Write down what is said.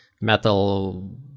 metal